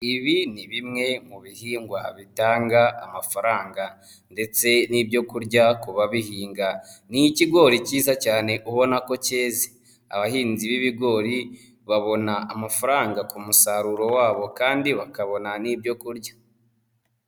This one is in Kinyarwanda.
Ibi ni bimwe mu bihingwa bitanga amafaranga ndetse n'ibyo kurya kubabihinga. Ni ikigori cyiza cyane ubona ko cyeze, abahinzi b'ibigori babona amafaranga ku musaruro wabo kandi bakabona n'ibyo kurya.